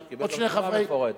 מפורטת.